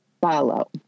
follow